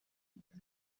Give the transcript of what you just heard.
بودیم